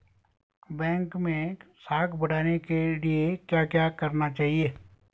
Bank मैं साख बढ़ाने के लिए क्या क्या करना चाहिए?